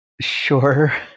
Sure